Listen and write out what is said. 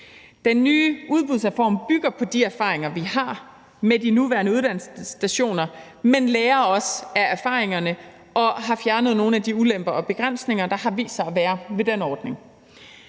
Den nye udbudsreform bygger på de erfaringer, som vi har med de nuværende uddannelsesstationer, men man har også lært af erfaringerne og har fjernet nogle af de ulemper og begrænsninger, som der har vist sig at være ved den ordning.